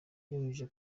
yemeje